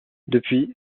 depuis